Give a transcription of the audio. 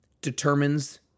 determines